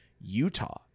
utah